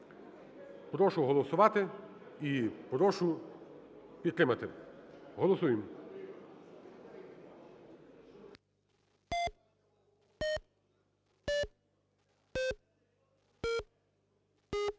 Прошу голосувати і прошу підтримати. Голосуємо.